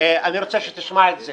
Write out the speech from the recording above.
אני רוצה שתשמע את זה